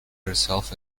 herself